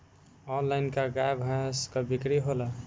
Online का गाय भैंस क बिक्री होला?